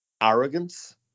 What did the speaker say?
arrogance